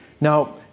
Now